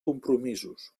compromisos